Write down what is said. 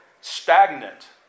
stagnant